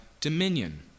dominion